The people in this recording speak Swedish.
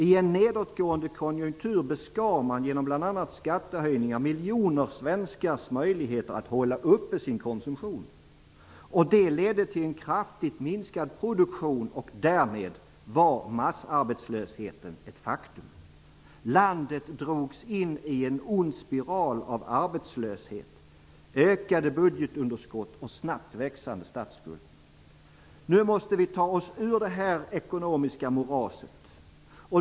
I en nedåtgående konjunktur beskar man genom bl.a. skattehöjningar miljoner svenskars möjligheter att hålla sin konsumtion uppe. Det ledde till en kraftigt minskad produktion, och därmed var massarbetslösheten ett faktum. Landet drogs in i en ond spiral av arbetslöshet, ökade budgetunderskott och snabbt växande statsskuld. Nu måste vi ta oss ur detta ekonomiska moras.